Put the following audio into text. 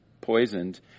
poisoned